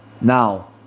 Now